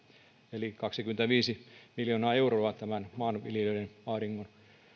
eli kaksikymmentäviisi miljoonaa euroa maanviljelijöiden ahdingon